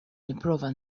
nipprova